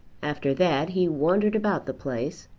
after that he wandered about the place,